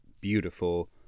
beautiful